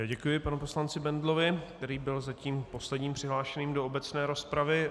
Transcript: Děkuji panu poslanci Bendlovi, který byl zatím posledním přihlášeným do obecné rozpravy.